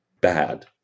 Bad